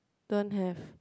don't have